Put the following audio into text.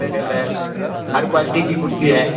ہر quality کی کرسی ہے